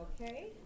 Okay